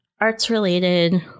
arts-related